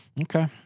Okay